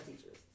teachers